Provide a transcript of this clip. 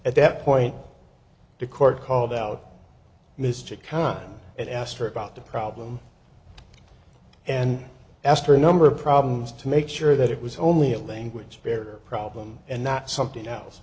at that point the court called out mr khan and asked her about the problem and asked her a number of problems to make sure that it was only a language barrier problem and not something else